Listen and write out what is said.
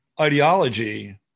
ideology